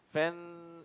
fan